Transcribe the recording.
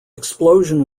explosion